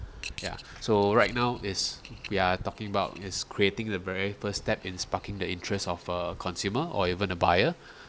ya so right now is we are talking about is creating the very first step in sparking the interest of a consumer or even a buyer